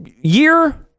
year